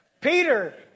Peter